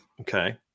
Okay